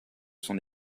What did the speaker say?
son